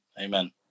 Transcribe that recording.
amen